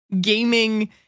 gaming